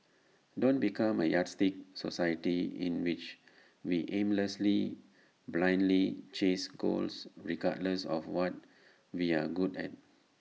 don't become A yardstick society in which we aimlessly blindly chase goals regardless of what we're good at